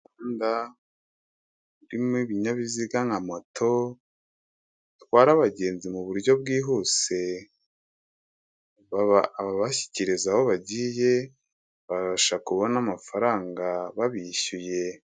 Umuhanda urimo ibinyabiziga na moto, bitwara abagenzi mu buryo bwihuse, baba ababashyikiriza aho bagiye babasha kubona amafaranga babishyuye.